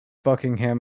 buckingham